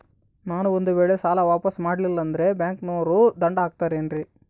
ನಾನು ಒಂದು ವೇಳೆ ಸಾಲ ವಾಪಾಸ್ಸು ಮಾಡಲಿಲ್ಲಂದ್ರೆ ಬ್ಯಾಂಕನೋರು ದಂಡ ಹಾಕತ್ತಾರೇನ್ರಿ?